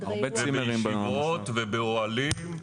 ובישיבות ובאוהלים.